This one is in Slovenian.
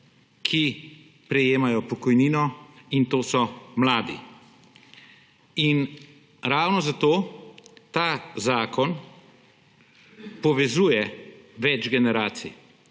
ki prejemajo pokojnino, in to so mladi. In ravno zato ta zakon povezuje več generacij.